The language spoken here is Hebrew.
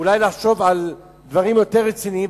לחשוב על דברים יותר רציניים.